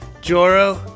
Joro